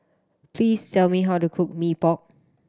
please tell me how to cook Mee Pok